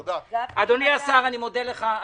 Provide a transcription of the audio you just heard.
אדוני השר, תודה על השתתפותך.